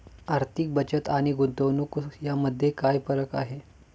आर्थिक बचत आणि गुंतवणूक यामध्ये काय फरक आहे?